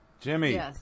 Jimmy